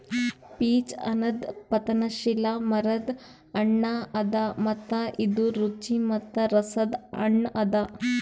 peach ಅನದ್ ಪತನಶೀಲ ಮರದ್ ಹಣ್ಣ ಅದಾ ಮತ್ತ ಇದು ರುಚಿ ಮತ್ತ ರಸದ್ ಹಣ್ಣ ಅದಾ